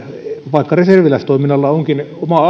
vaikka reserviläistoiminnalla onkin oma arvonsa niin